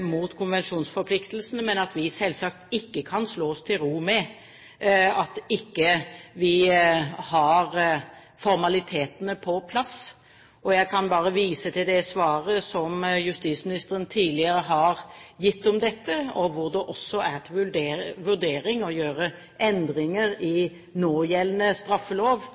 mot konvensjonsforpliktelsene. Men vi kan selvsagt ikke slå oss til ro med at vi ikke har formalitetene på plass. Jeg kan bare vise til det svaret som justisministeren tidligere har gitt om dette, at det er til vurdering om nødvendig å gjøre endringer i någjeldende straffelov